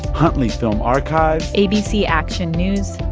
huntley film archive. abc action news.